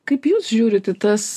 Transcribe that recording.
kaip jūs žiūrit į tas